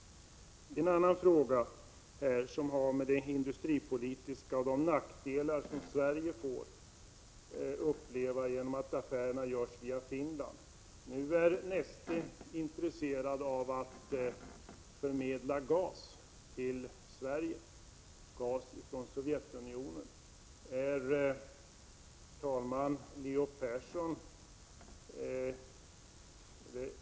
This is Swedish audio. En annan fråga har att göra med de industripolitiska nackdelar som Sverige får genom att affärerna görs via Finland. Nu är Neste intresserat av att förmedla gas från Sovjetunionen till Sverige.